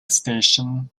station